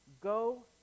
Go